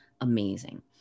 amazing